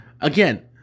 Again